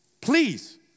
please